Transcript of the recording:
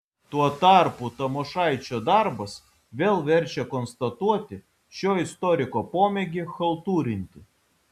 tuo tarpu tamošaičio darbas vėl verčia konstatuoti šio istoriko pomėgį chaltūrinti